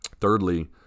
Thirdly